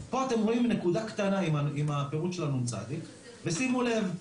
פה אתם רואים נקודה קטנה עם הפירוט של הנ"צ ושימו לב,